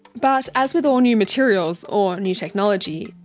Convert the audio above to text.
but as with all new materials or new technology,